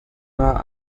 war